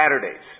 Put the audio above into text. Saturdays